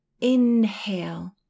Inhale